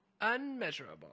Unmeasurable